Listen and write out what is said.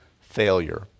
failure